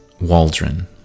Waldron